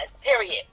Period